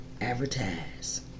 advertise